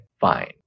fine